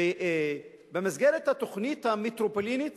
במסגרת התוכנית המטרופולינית